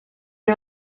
had